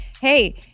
hey